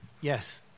Yes